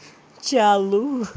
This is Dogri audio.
चालू